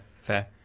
Fair